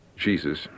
Jesus